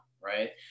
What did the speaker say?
right